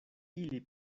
ili